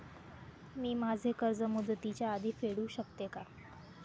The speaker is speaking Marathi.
मी माझे कर्ज मुदतीच्या आधी फेडू शकते का?